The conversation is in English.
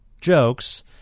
jokes